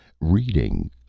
Reading